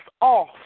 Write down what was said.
off